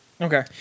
Okay